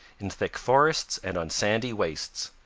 in thick forests and on sandy wastes.